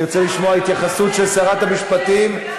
לא ידעתי שיש לך סגן חדש, לשר.